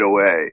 away